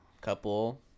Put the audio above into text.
couple